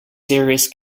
serious